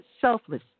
selfless